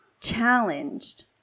challenged